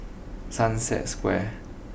Sunset Square